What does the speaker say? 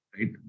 right